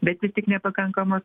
bet vis tik nepakankamos